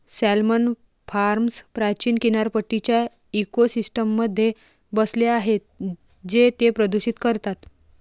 salmon farms प्राचीन किनारपट्टीच्या इकोसिस्टममध्ये बसले आहेत जे ते प्रदूषित करतात